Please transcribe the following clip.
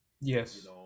yes